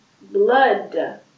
blood